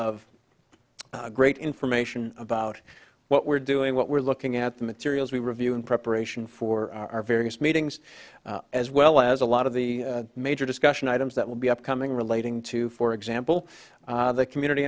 of great information about what we're doing what we're looking at the materials we review in preparation for our various meetings as well as a lot of the major discussion items that will be upcoming relating to for example the community